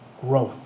growth